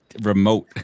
remote